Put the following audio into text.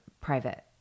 private